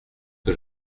que